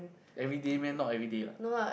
everyday meh not everyday [what]